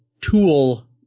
tool